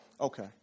Okay